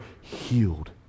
healed